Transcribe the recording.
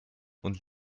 und